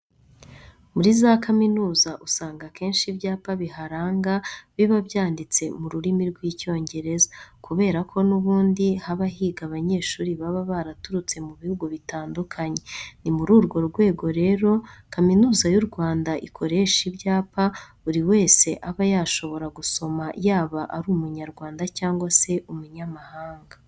Muri za kaminuza usanga akenshi ibyapa biharanga biba byanditse mu rurimi rw'Icyongereza kubera ko n'ubundi haba higa abanyeshuri baba baraturutse mu bihugu bitandukanye. Ni muri urwo rwego rero, Kaminuza y'u Rwanda ikoresha ibyapa buri wese aba yashobora gusoma yaba ari Umunyarwanda cyangwa se umunyamahanga.